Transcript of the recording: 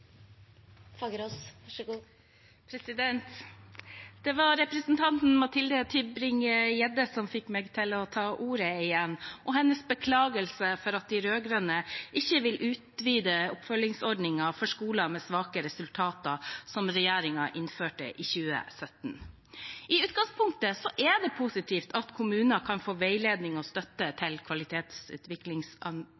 Det var representanten Mathilde Tybring-Gjedde som fikk meg til å ta ordet igjen, og hennes beklagelse over at de rød-grønne ikke vil utvide oppfølgingsordningen for skoler med svake resultater, som regjeringen innførte i 2017. I utgangspunktet er det positivt at kommuner kan få veiledning og støtte